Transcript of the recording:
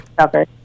Okay